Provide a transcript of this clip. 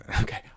Okay